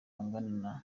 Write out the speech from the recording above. angana